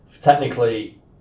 technically